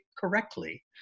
correctly